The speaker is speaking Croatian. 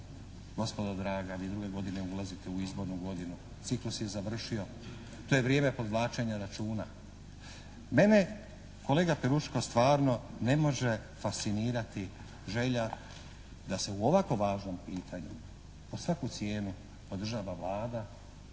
Gospodo draga vi druge godine ulazite u izbornu godinu, ciklus je završio, to je vrijeme podvlačenja računa. Mene kolega Peruško stvarno ne može fascinirati želja da se u ovako važnom pitanju pod svaku cijenu podržava Vlada,